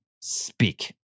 speak